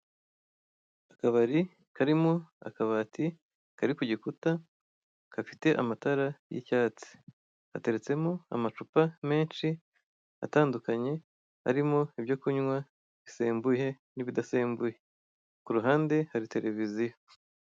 Akabari karimo akabati kari ku gikuta gafite amatara y'icyatsi, hateretsemo amacupa menshi atandukanye arimo ibyo kunywa bisembuye n'ibidasembuye, ku ruhande hari televiziyo.